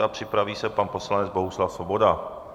A připraví se pan poslanec Bohuslav Svoboda.